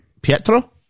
Pietro